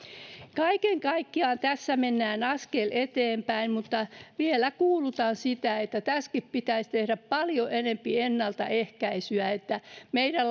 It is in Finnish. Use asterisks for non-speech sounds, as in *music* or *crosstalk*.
kaiken kaikkiaan tässä mennään askel eteenpäin mutta vielä kuulutan sitä että tässäkin pitäisi tehdä paljon enempi ennaltaehkäisyä että meidän *unintelligible*